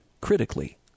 critically